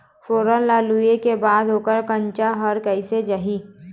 फोरन ला लुए के बाद ओकर कंनचा हर कैसे जाही?